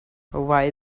why